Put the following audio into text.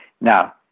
Now